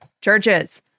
Churches